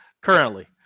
currently